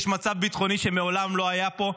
יש מצב ביטחוני שמעולם לא היה פה.